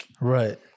right